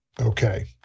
Okay